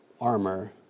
armor